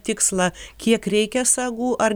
tikslą kiek reikia sagų ar